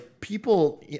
people